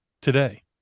today